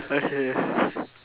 okay